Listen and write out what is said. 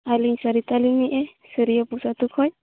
ᱟᱹᱞᱤᱧ ᱥᱟᱨᱤᱛᱟ ᱞᱤᱧ ᱞᱟᱹᱭᱮᱫᱼᱟ ᱥᱟᱹᱨᱤᱭᱟᱹᱯᱩᱥ ᱟᱛᱳ ᱠᱷᱚᱱ